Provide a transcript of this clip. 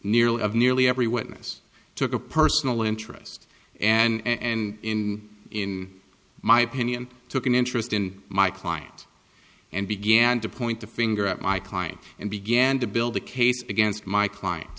of nearly every witness took a personal interest and in my opinion took an interest in my client and began to point the finger at my client and began to build a case against my client